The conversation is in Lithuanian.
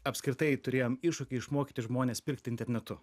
apskritai turėjom iššūkį išmokyti žmones pirkti internetu